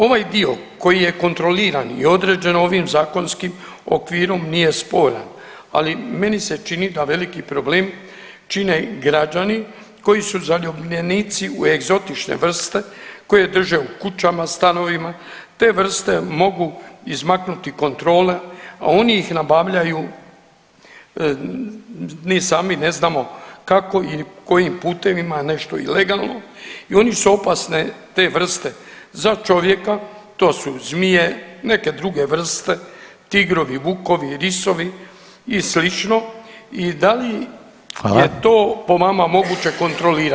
Ovaj dio koji je kontroliran i određen ovim zakonskim okvirom nije sporan, ali meni se čini da veliki problem čine građani koji su zaljubljenici u egzotične vrste koje drže u kućama, stanovima te vrste mogu izmaknuti kontroli, a oni ih nabavljaju ni sami ne znamo kako i kojim putevima ima nešto i legalno i oni opasne, te vrste za čovjeka to su zmije, neke druge vrste, tigrovi, vukovi i risovi i slično i da li je to [[Upadica: Hvala.]] po vama moguće kontrolirati.